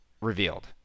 revealed